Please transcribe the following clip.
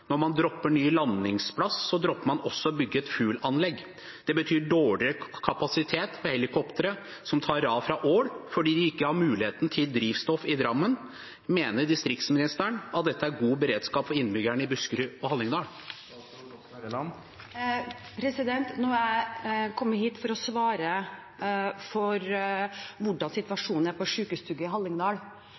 Når man dropper ny landingsplass, så dropper man også å bygge et fuelanlegg. Det betyr dårligere kapasitet for helikoptre som tar av fra Ål, fordi de ikke har muligheten til å fylle drivstoff i Drammen. Mener distriktsministeren at dette er god beredskap for innbyggerne i Buskerud og Hallingdal? Nå er jeg kommet hit for å svare for hvordan situasjonen er på